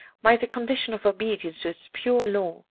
by the condition of obedience to its pure law.